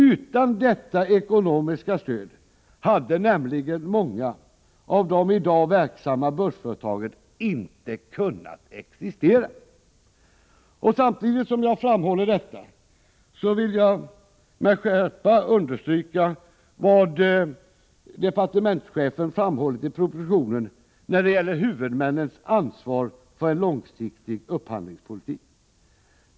Utan detta ekonomiska stöd hade nämligen många av de i dag verksamma bussföretagen inte kunnat existera. Samtidigt som jag framhåller detta vill jag med skärpa understryka vad departementschefen framhållit i propositionen när det gäller huvudmännens ansvar för en långsiktig upphandlingspolitik.